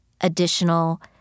additional